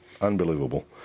Unbelievable